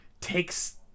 takes